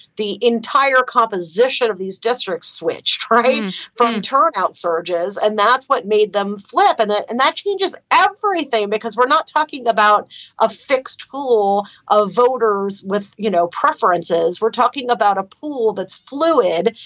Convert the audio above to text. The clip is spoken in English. the entire composition of these districts switch trains from turnout surges and that's what made them flip. and that and that changes everything because we're not talking about a fixed pool of voters with no you know preferences. we're talking about a pool that's fluid.